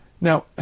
Now